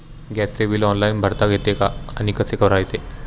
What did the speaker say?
गॅसचे bill online भरता येते का आणि कसे भरायचे?